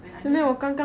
when I mean